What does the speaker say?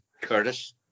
Curtis